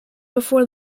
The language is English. before